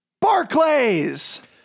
barclays